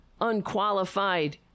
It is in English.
unqualified